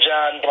John